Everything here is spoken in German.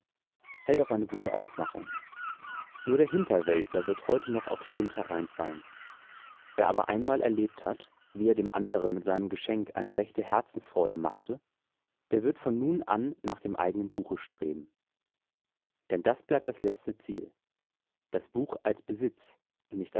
hält auf eine gute aufmachung nur der hinterweltler wird heute noch auf schund hereinfallen wer aber einmal erlebt hat wie er dem anderen mit seinem geschenk eine rechte herzensfreude machte der wird von nun an nach dem eigenen buche streben denn das bleibt das letzte ziel das buch als besitz und nicht